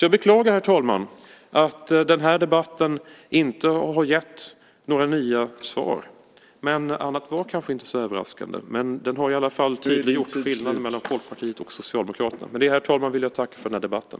Jag beklagar, herr talman, att den här debatten inte har gett några nya svar, men det var kanske inte så överraskande. Den har i alla fall tydliggjort skillnaden mellan Folkpartiet och Socialdemokraterna. Med det, herr talman, vill jag tacka för den här debatten.